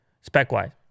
Spec-wise